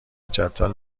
جدول